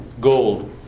gold